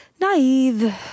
naive